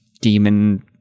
demon